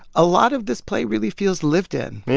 a lot of this play really feels lived in.